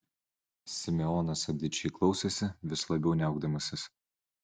simeonas atidžiai klausėsi vis labiau niaukdamasis